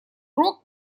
рог